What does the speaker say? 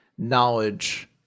knowledge